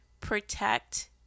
Protect